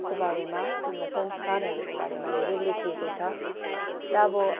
को बारेमा हाम्रो संस्कारहरूको बारेमा धेरै लेखिएको छ र अब